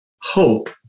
hope